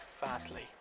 fastly